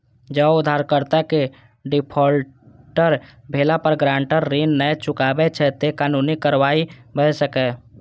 जौं उधारकर्ता के डिफॉल्टर भेला पर गारंटर ऋण नै चुकबै छै, ते कानूनी कार्रवाई भए सकैए